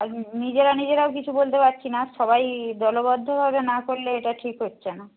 আর নিজেরা নিজেরাও কিছু বলতে পাচ্ছি না সবাই দলবদ্ধভাবে না করলে এটা ঠিক হচ্ছে না